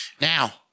Now